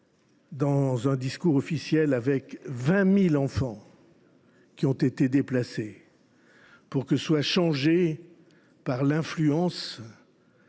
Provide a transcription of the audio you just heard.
dans un discours officiel – 20 000 enfants qui ont été déplacés pour que soit changée, par l’influence,